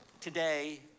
today